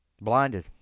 Blinded